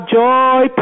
joy